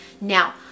Now